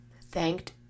thanked